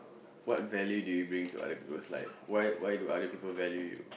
what value do you bring to other people's lives why why do other people value you